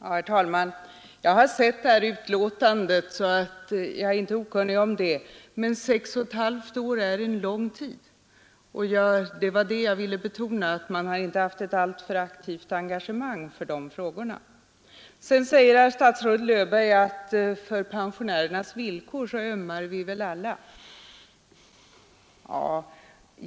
Herr talman! Jag har sett det där uttalandet, så jag är inte okunnig om det, men sex och ett halvt år är en lång tid. Vad jag ville betona var att man inte visat ett alltför aktivt engagemang i de frågorna. Statsrådet Löfberg säger att vi väl alla ömmar för pensionärernas villkor.